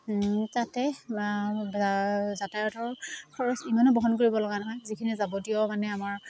তাতে যাতায়তৰ খৰচ ইমানো বহন কৰিব লগা নহয় যিখিনি যাৱতীয় মানে আমাৰ